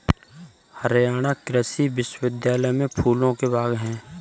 हरियाणा कृषि विश्वविद्यालय में फूलों के बाग हैं